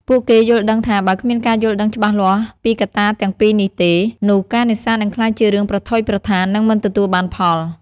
ពួកគេយល់ដឹងថា បើគ្មានការយល់ដឹងច្បាស់លាស់ពីកត្តាទាំងពីរនេះទេ នោះការនេសាទនឹងក្លាយជារឿងប្រថុយប្រថាន និងមិនទទួលបានផល។